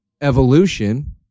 evolution